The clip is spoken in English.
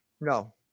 No